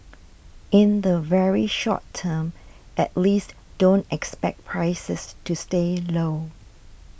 in the very short term at least don't expect prices to stay low